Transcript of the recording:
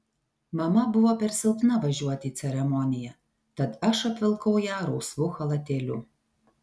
mama buvo per silpna važiuoti į ceremoniją tad aš apvilkau ją rausvu chalatėliu